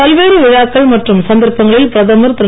பல்வேறு விழாக்கள் மற்றும் சந்தர்ப்பங்களில் பிரதமர் திரு